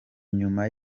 nyuma